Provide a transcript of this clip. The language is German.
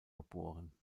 geboren